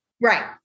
right